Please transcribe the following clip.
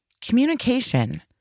Communication